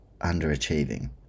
underachieving